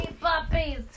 puppies